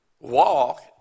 walk